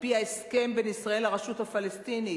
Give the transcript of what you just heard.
על-פי ההסכם בין ישראל לרשות הפלסטינית,